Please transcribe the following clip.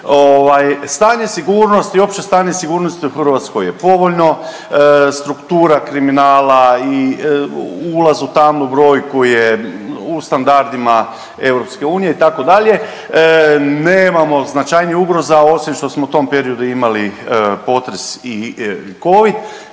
stanje sigurnosti u Hrvatskoj je povoljno, struktura kriminala i ulaz u tamnu brojku je u standardima EU itd., nemamo značajnih ugroza osim što smo u tom periodu imali potres i covid,